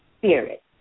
spirit